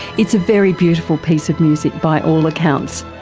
it's a very beautiful piece of music by all accounts,